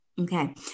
Okay